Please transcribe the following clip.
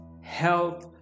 health